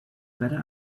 better